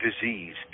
disease